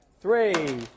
Three